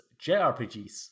JRPGs